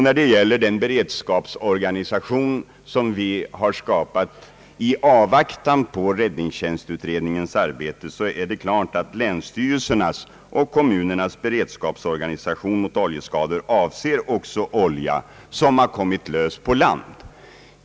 När det gäller den beredskapsorganisation som vi har skapat i avvaktan på räddningstjänstutredningens resultat är det klart att länsstyrelsernas och kommunernas beredskapsorganisation mot oljeskador avser också olja som har kommit lös på land.